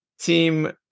team